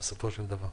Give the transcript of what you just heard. בסופו של דבר.